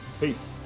Peace